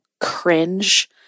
cringe